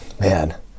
Man